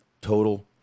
total